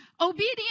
Obedience